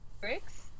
Bricks